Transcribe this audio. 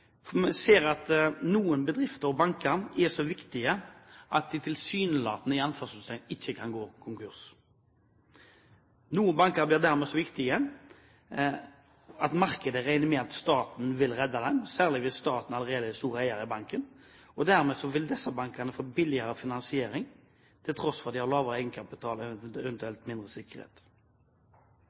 at noen bedrifter og banker er så viktige at de tilsynelatende «ikke kan gå konkurs». Noen banker blir dermed så viktige at markedet regner med at staten vil redde dem, særlig hvis staten allerede er stor eier i banken, og dermed vil disse bankene få billigere finansiering til tross for at de har lavere egenkapital og eventuelt mindre sikkerhet.